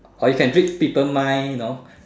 or you can read people mind you know